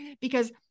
Because-